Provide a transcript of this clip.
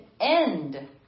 end